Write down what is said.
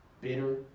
bitter